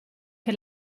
che